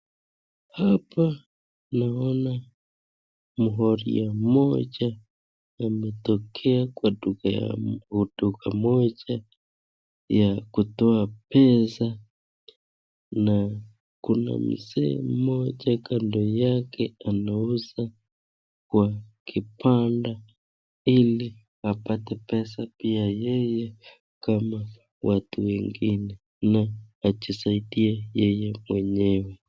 Hapa naona moria moja wametokea kwa duka moja ya kutoa pesa na kuna mzee moja kando yake anauza kwa kibanda ili apate pesa pia yeye kama watu wengine ajisaidie yeye mwenyewe.